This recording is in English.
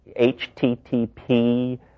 HTTP